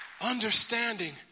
understanding